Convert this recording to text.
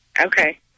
Okay